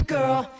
Girl